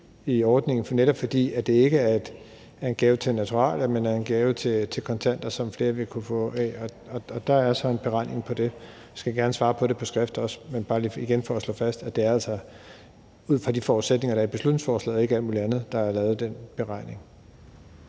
i ordningen, netop fordi det ikke er en gave i form af naturalier, men en gave i form af kontanter, som flere vil kunne få, og der er så en beregning på det. Jeg skal gerne svare på det på skrift også. Men det er bare lige igen for at slå fast, at det altså er ud fra de forudsætninger, der er i beslutningsforslaget, og ikke alt mulig andet, der ligger til grund for den beregning.